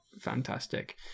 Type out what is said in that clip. fantastic